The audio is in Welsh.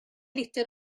litr